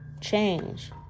change